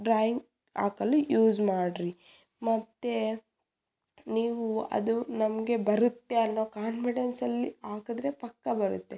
drawing ಹಾಕಲು use ಮಾಡಿರಿ ಮತ್ತು ನೀವು ಅದು ನಮಗೆ ಬರುತ್ತೆ ಅನ್ನೋ ಕಾನ್ಫಿಡೆನ್ಸಲ್ಲಿ ಹಾಕದ್ರೆ ಪಕ್ಕಾ ಬರುತ್ತೆ